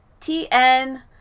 TN